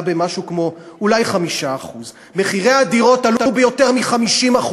במשהו כמו אולי 5%; מחירי הדירות עלו ביותר מ-50%.